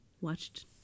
Watched